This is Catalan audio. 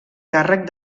càrrec